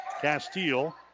Castile